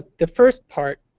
the first part